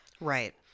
right